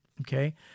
Okay